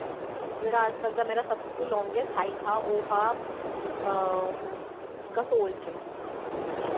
जेह्ड़ा अज्ज तक दा मेरा सबतो लांगैस्ट हाइक हा ओह् हा कसोल च